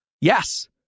Yes